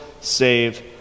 save